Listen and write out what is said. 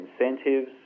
incentives